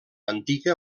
antiga